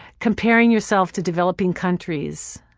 comparing yourself to developing countries.